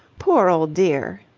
poor old dear.